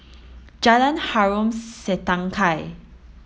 Jalan Harom Setangkai